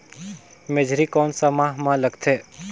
मेझरी कोन सा माह मां लगथे